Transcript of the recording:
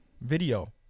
video